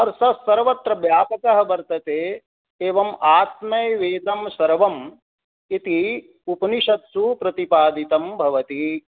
अर्थात् सर्वत्र व्यापकः वर्तते एवं आत्मेवेदं सर्वं इति उपनिषत्सु प्रतिपादितं भवति